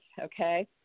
okay